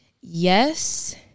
Yes